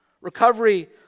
Recovery